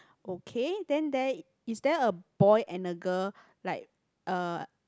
okay then there is there a boy and a girl like uh